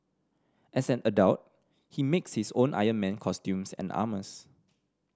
as an adult he makes his own Iron Man costumes and armours